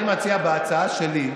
אני מציע את ההצעה שלי,